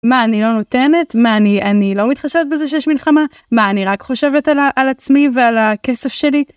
מה אני לא נותנת? מה אני, אני לא מתחשבת בזה שיש מלחמה? מה אני רק חושבת על עצמי ועל הכסף שלי?